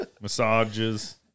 massages